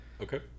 Okay